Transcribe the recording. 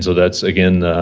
so that's, again,